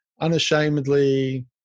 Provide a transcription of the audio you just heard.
unashamedly